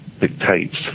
dictates